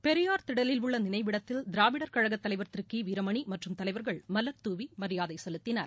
பெரியார் திடலில் உள்ள நினைவிடத்தில் திராவிடர் கழகத் தலைவர் திரு கி வீரமணி மற்றும் தலைவர்கள் மலர்தூவி மரியாதை செலுத்தினர்